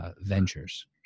ventures